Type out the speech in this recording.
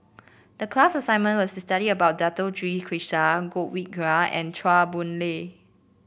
the class assignment was to study about Dato Sri Krishna Godwin Koay and Chua Boon Lay